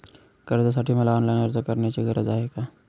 कर्जासाठी मला ऑनलाईन अर्ज करण्याची गरज आहे का?